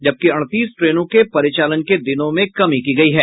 जबकि अड़तीस ट्रेनों के परिचालन के दिनों में कमी की गयी है